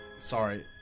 Sorry